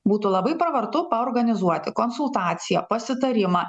būtų labai pravartu paorganizuoti konsultaciją pasitarimą